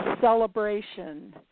celebration